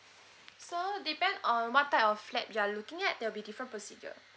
so depend on what type of flat you are looking at there'll be different procedure